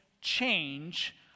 change